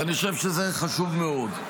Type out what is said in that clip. ואני חושב שזה חשוב מאוד.